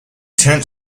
tent